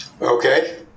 Okay